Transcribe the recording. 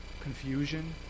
Confusion